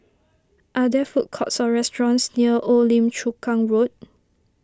are there food courts or restaurants near Old Lim Chu Kang Road